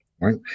right